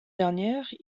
dernière